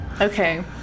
Okay